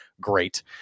great